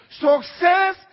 Success